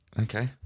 Okay